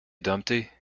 dumpty